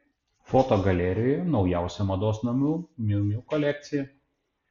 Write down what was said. fotogalerijoje naujausia mados namų miu miu kolekcija